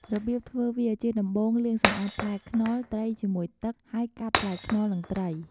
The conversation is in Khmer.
របៀបធ្វើវា ជាដំបូងលាងសម្អាតផ្លែខ្នុរ ត្រីជាមួយទឹក ហើយកាត់ផ្លែខ្នុរនិងត្រី។